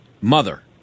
mother